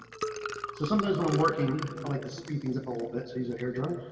so sometimes when i'm working. i like to speed things up a little bit. so he's a hairdresser.